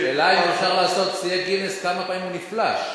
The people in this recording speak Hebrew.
השאלה אם אפשר לעשות שיאי גינס כמה פעמים הוא נפלש.